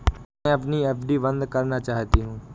मैं अपनी एफ.डी बंद करना चाहती हूँ